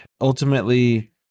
ultimately